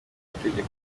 ishingiye